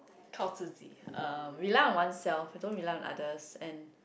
靠自己 um rely on oneself don't rely on others and